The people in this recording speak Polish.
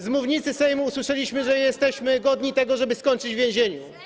Z mównicy Sejmu usłyszeliśmy, że jesteśmy godni tego, żeby skończyć w więzieniu.